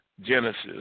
Genesis